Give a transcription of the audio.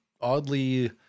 oddly